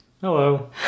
Hello